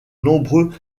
nombreux